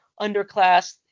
underclass